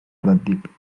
pratdip